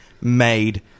made